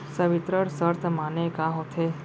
संवितरण शर्त माने का होथे?